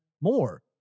more